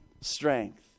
strength